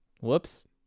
Whoops